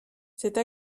cette